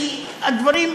כי הדברים,